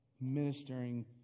ministering